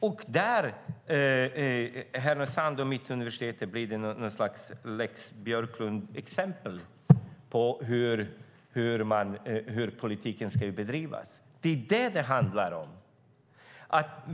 Där blir Härnösand och Mittuniversitetet något slags lex Björklund-exempel på hur politiken bedrivs. Det är vad det handlar om.